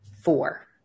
four